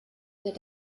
der